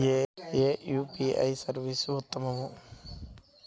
ఏ UPI service ఉత్తమము?